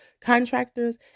contractors